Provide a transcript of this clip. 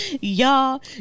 Y'all